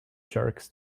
sharks